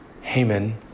Haman